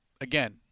again